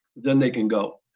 then they can go.